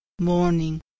morning